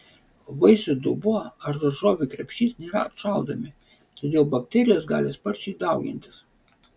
vaisių dubuo ar daržovių krepšys nėra atšaldomi todėl bakterijos gali sparčiai daugintis